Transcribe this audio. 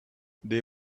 they